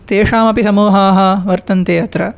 तेषामपि समूहाः वर्तन्ते अत्र